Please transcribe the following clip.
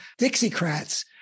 Dixiecrats